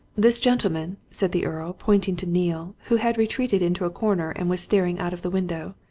this gentleman, said the earl, pointing to neale, who had retreated into a corner and was staring out of the window,